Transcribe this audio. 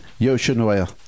Yoshinoya